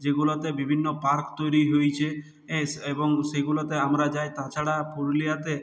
যেগুলোতে বিভিন্ন পার্ক তৈরি হইছে এস এবং সেগুলোতে আমরা যাই তাছাড়া পুরুলিয়াতে